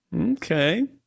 Okay